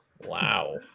Wow